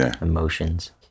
emotions